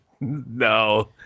No